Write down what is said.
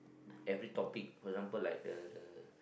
every topic for example like the the